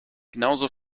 genauso